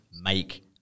make